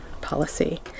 policy